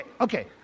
okay